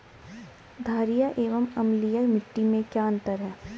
छारीय एवं अम्लीय मिट्टी में क्या अंतर है?